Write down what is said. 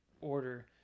order